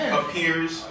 appears